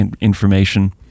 information